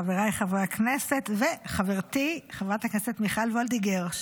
חבריי חברי הכנסת וחברתי חברת הכנסת מיכל וולדיגר,